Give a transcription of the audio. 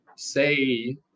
say